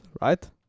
right